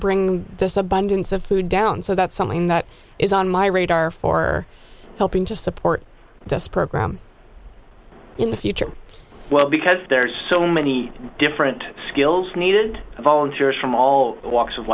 bring this abundance of food down so that's something that is on my radar for helping to support this program in the future well because there's so many different skills needed volunteers from all walks of